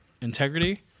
Integrity